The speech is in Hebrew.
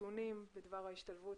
הנתונים בדבר ההשתלבות